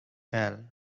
well